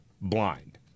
blind